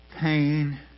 pain